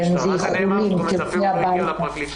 כן, זה איחולים, תלכי הביתה.